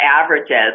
averages